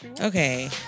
Okay